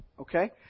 okay